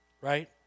right